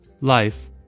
life